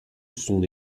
son